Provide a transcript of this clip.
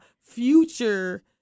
future